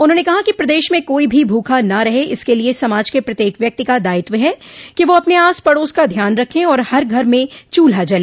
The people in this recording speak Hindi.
उन्होंने कहा कि प्रदेश में कोई भी भूखा न रहे इसके लिये समाज के प्रत्येक व्यक्ति का दायित्व है कि वह अपने आस पड़ोस का ध्यान रखे और हर घर में चूल्हा जले